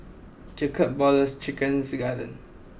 Jacob Ballas Chicken's Garden